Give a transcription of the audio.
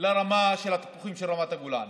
לרמה של התפוחים של רמת הגולן.